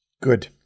Good